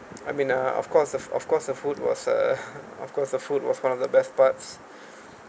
I mean uh of course of course the food was uh of course the food was one of the best parts